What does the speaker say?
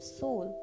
soul